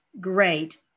great